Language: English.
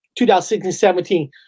2016-17